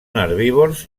herbívors